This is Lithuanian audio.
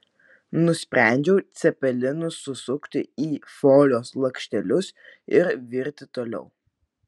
nusprendžiau cepelinus susukti į folijos lakštelius ir virti toliau